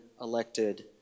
elected